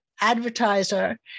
advertiser